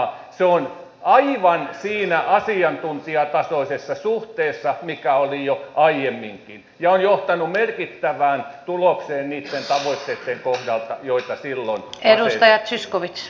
se on aivan siinä asiantuntijatasoisessa suhteessa mikä oli jo aiemminkin ja on johtanut merkittävään tulokseen niitten tavoitteitten kohdalta joita silloin asetettiin että kyllä tämä meidän demarien ehdotus on ihan vakavasti otettava